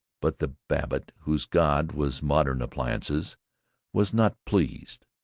but the babbitt whose god was modern appliances was not pleased.